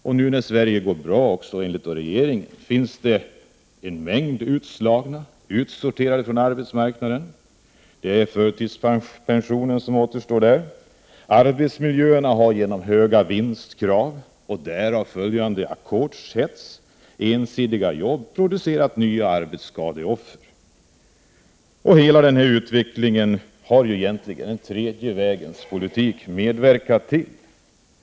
Också nu när Sverige går bra — enligt regeringen — finns det många som blir utslagna, utsorterade från arbetsmarknaden. Det är förtidspensionen som återstår. Arbetsmiljöerna har genom höga vinstkrav och därav följande ackordshets och ensidiga jobb producerat nya arbetsskadeoffer. Hela den här utvecklingen har ”den tredje vägens politik” medverkat till.